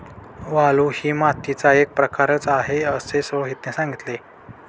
वाळू ही मातीचा एक प्रकारच आहे असे रोहितने सांगितले